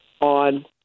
on